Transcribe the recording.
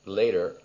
later